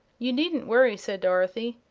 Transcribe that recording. you needn't worry, said dorothy.